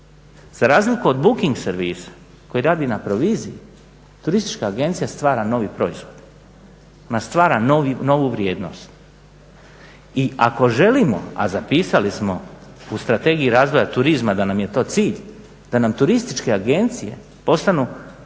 Za razliku od booking servisa koji radi na proviziji, turistička agencija stvara novi proizvod, ona stvara novu vrijednost i ako želimo, a zapisali smo u strategiji razvoja turizma da nam je to cilj, da nam turističke agencije postanu